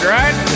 right